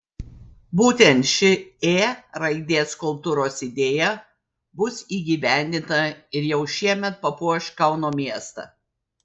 būtent ši ė raidės skulptūros idėja bus įgyvendinta ir jau šiemet papuoš kauno miestą